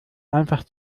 einfach